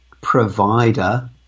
provider